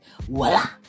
voila